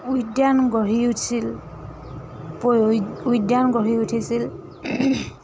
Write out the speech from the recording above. উদ্যান গঢ়ি উঠিছিল উদ্যান গঢ়ি উঠিছিল